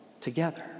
together